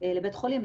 לבית חולים,